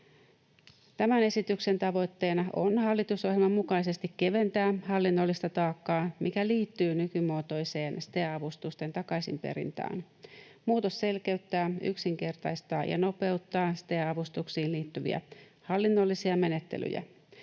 Tämän esityksen tavoitteena on hallitusohjelman mukaisesti keventää hallinnollista taakkaa, mikä liittyy nykymuotoiseen STEA-avustusten takaisinperintään. Muutos selkeyttää, yksinkertaistaa ja nopeuttaa STEA-avustuksiin liittyviä hallinnollisia menettelyjä.